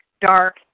dark